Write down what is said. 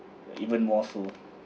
ya even more full